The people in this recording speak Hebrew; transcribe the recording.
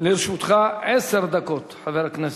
לרשותך עשר דקות, חבר הכנסת.